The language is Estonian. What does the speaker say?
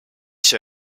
see